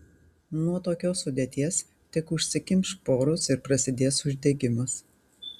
nuo tokios sudėties tik užsikimš poros ir prasidės uždegimas